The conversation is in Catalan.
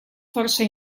força